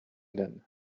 them